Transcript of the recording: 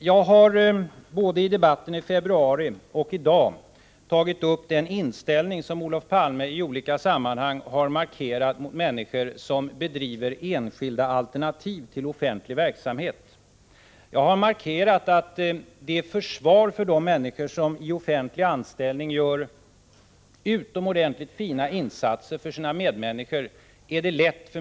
Jag har både i debatten i februari och i dag tagit upp den inställning som Olof Palme i olika sammanhang har markerat mot människor som bedriver enskilda alternativ till offentlig verksamhet. Jag har understrukit att det är lätt för mig att instämma i försvaret för de människor som i offentlig anställning gör utomordentligt fina insatser för sina medmänniskor.